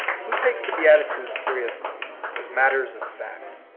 who takes the beatitudes seiiously, as matters of fact?